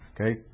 Okay